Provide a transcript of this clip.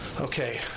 Okay